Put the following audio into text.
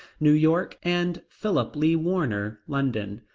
new york, and philip lee warner, london.